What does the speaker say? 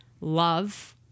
love